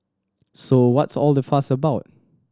so what's all the fuss about